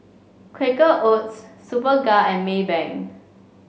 Quaker Oats Superga and Maybank